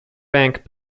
bank